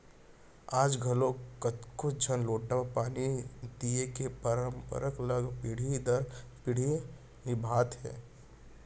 आज घलौक कतको झन लोटा म पानी दिये के परंपरा ल पीढ़ी दर पीढ़ी निभात हें